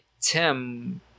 Tim